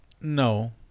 No